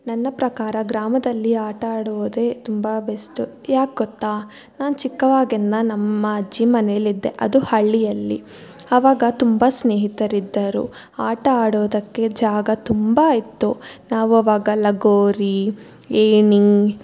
ನನ್ನ ಪ್ರಕಾರ ಗ್ರಾಮದಲ್ಲಿ ಆಟ ಆಡುವುದೇ ತುಂಬ ಬೆಸ್ಟು ಯಾಕೆ ಗೊತ್ತ ನಾನು ಚಿಕ್ಕವಾಗಿಂದ ನಮ್ಮ ಅಜ್ಜಿ ಮನೆಯಲ್ಲಿದ್ದೆ ಅದು ಹಳ್ಳಿಯಲ್ಲಿ ಅವಾಗ ತುಂಬ ಸ್ನೇಹಿತರಿದ್ದರು ಆಟ ಆಡೋದಕ್ಕೆ ಜಾಗ ತುಂಬ ಇತ್ತು ನಾವು ಅವಾಗ ಲಗೋರಿ ಏಣಿ